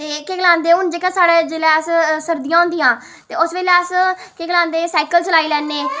ते केह् गलांदे हून जेह्का साढ़े ते जेल्लै अस सर्दियां होंदियां ते उस बेल्लै अस केह् गलांदे साइकिल चलाई लैन्ने